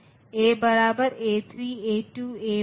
तो आप देखते हैं यह डेसीमल संख्या में 11 के अलावा कुछ भी नहीं है